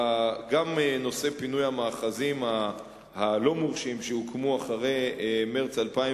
גם בנושא פינוי המאחזים הלא-מורשים שהוקמו אחרי מרס 2001